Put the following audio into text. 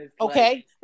Okay